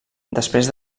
després